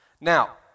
Now